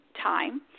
time